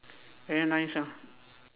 very nice ah